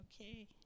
okay